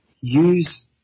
use